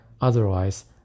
Otherwise